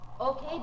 Okay